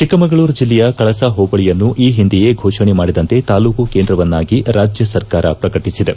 ಚಿಕ್ಕಮಗಳೂರು ಜಿಲ್ಲೆಯ ಕಳಸ ಹೋಬಳಿಯನ್ನು ಈ ಒಂದೆಯೇ ಹೋಷಣೆ ಮಾಡಿದಂತೆ ತಾಲೂಕು ಕೇಂದ್ರವನ್ನಾಗಿ ರಾಜ್ಯ ಸರ್ಕಾರ ಪ್ರಕಟಿಸಿದೆ